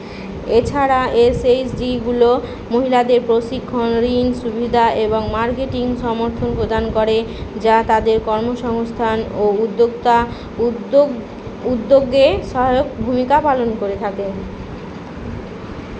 এছাড়া এসএইচজিগুলো মহিলাদের প্রশিক্ষণ ঋণ সুবিধা এবং মার্কেটিং সমর্থন প্রদান করে যা তাদের কর্ম সংস্থান ও উদ্যোক্তা উদ্যোগ উদ্যোগে সহায়ক ভূমিকা পালন করে থাকে